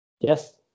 Yes